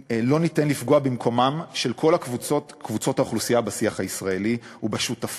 לא ניתן לפגוע במקומן של כל קבוצות האוכלוסייה בשיח הישראלי ובשותפות